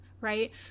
right